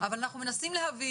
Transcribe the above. אבל אנחנו מנסים להבין,